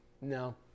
No